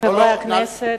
אדוני יושב-ראש הכנסת,